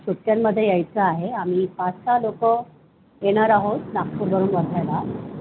सुट्यांमध्ये यायचं आहे आम्ही पाचसहा लोक येणार आहोत नागपूरवरून बघायला